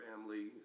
family